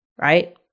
right